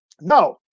No